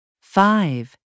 five